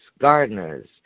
gardeners